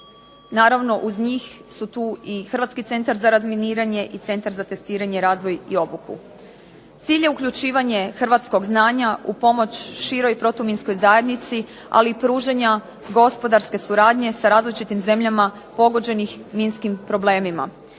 Naravno uz njih su tu Hrvatski centra za razminiranje i Centar za testiranje, razvoj i obuku. Cilj je uključivanje hrvatskog znanja u pomoć široj protuminskoj zajednici ali i pružanja gospodarske suradnje sa različitim zemljama pogođenih minskim problemima.